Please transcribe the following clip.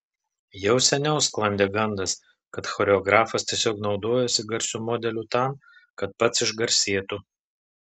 jau seniau sklandė gandas kad choreografas tiesiog naudojasi garsiu modeliu tam kad pats išgarsėtų